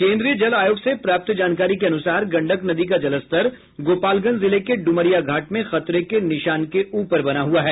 केन्द्रीय जल आयोग से प्राप्त जानकारी के अनुसार गंडक नदी का जलस्तर गोपालगंज जिले के ड्मरिया घाट में खतरे के निशान के ऊपर बना हुआ है